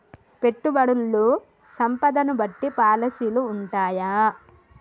పెట్టుబడుల్లో సంపదను బట్టి పాలసీలు ఉంటయా?